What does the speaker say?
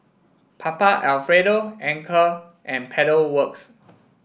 Papa Alfredo Anchor and Pedal Works